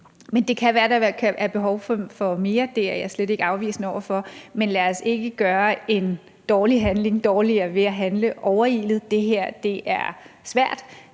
Men det kan være, at der er behov for mere; det er jeg slet ikke afvisende over for. Men lad os ikke gøre en dårlig handling dårligere ved at handle overilet. Det her er svært,